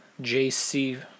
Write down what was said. jc